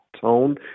tone